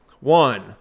One